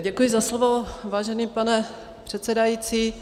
Děkuji za slovo, vážený pane předsedající.